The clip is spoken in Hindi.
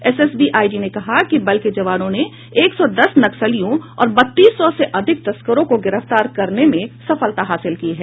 एसएसबी आईजी ने कहा कि बल के जवानों ने एक सौ दस नक्सलियों और बत्तीस सौ से अधिक तस्करों को गिरफ्तार करने में सफलता हासिल की है